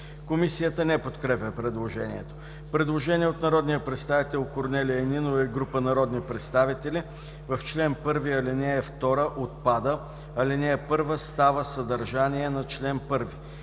Комисията не подкрепя предложението. Предложение от народния представител Корнелия Нинова и група народни представители: „В чл. 1 ал. 2 отпада, ал. 1 става съдържание на чл. 1.“